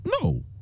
No